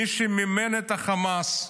מי שמימן את החמאס,